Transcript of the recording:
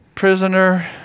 prisoner